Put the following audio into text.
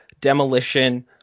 Demolition